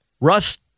Russ